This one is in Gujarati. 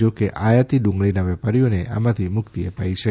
જો કે આયાતી ડુંગળીના વેપારીઓને આમાંથી મુક્તિ અપાઇ છે